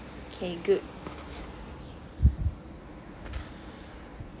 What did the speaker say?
k good